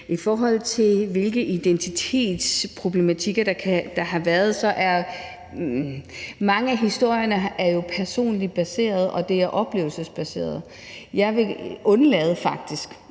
I forhold til hvilke identitetsproblematikker der har været, vil jeg sige, at mange af historierne jo er personligt baserede og oplevelsesbaserede. Jeg vil faktisk